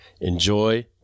enjoy